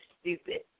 stupid